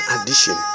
addition